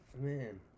man